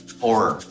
Horror